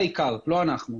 הם העיקר ולא אנחנו.